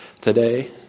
today